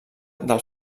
del